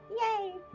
Yay